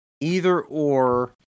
either-or